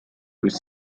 with